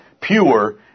pure